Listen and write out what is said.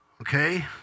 okay